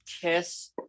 Kiss